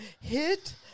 hit